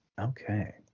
Okay